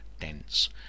dense